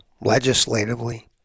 legislatively